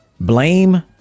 Blame